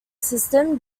system